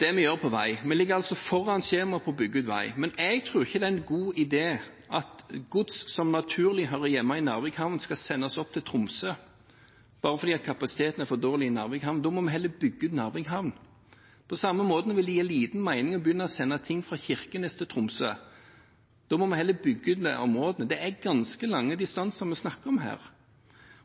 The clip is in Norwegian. det vi gjør på vei. Vi ligger foran skjemaet på å bygge ut vei. Men jeg tror ikke det er en god idé at gods som naturlig hører hjemme i Narvik havn, skal sendes opp til Tromsø bare fordi kapasiteten er for dårlig i Narvik havn. Da må vi heller bygge ut Narvik havn. På samme måte vil det gi liten mening å begynne å sende ting fra Kirkenes til Tromsø. Da må vi heller bygge ut nærområdene. Det er ganske lange distanser vi snakker om her.